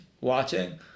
watching